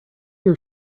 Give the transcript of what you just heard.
your